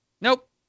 nope